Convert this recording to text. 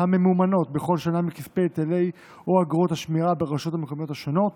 הממומנות בכל שנה מכספי היטלי אגרות השמירה ברשויות המקומיות השונות.